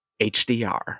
hdr